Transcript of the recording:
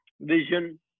vision